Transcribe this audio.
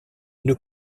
une